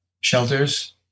shelters